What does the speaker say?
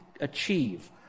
achieve